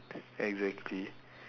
exactly